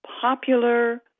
popular